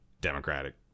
Democratic